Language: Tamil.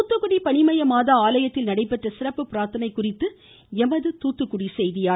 தூத்துக்குடி பனிமய மாதா ஆலயத்தில் நடைபெற்ற சிறப்பு பிரார்த்தனை குறித்து எமது செய்தியாளர்